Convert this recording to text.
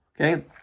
Okay